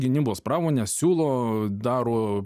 gynybos pramonę siūlo daro